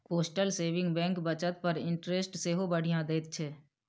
postal saving bank बचत पर interest सेहो बढ़ियाँ दैत छै